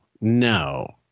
no